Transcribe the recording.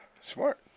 Smart